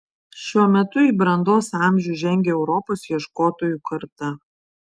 šiuo metu į brandos amžių žengia europos ieškotojų karta